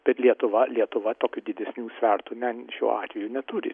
bet lietuva lietuva tokių didesnių svertų ne šiuo atveju neturi